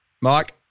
Mike